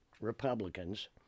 Republicans